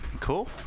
Cool